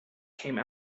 came